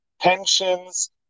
pensions